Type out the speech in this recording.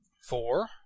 Four